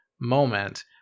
moment